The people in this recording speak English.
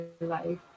life